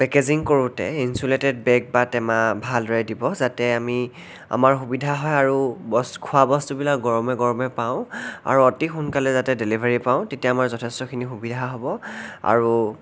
packaging কৰোতে insulated bag বা টেমা ভালদৰে দিব যাতে আমি আমাৰ সুবিধা হয় আৰু বস্তু খোৱা বস্তুবিলাক গৰমে গৰমে পাঁও আৰু অতি সোনকালে যাতে ডেলিভাৰী পাঁও তেতিয়া মই যথেষ্টখিনি সুবিধা হ'ব আৰু